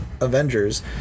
avengers